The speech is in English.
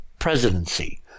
presidency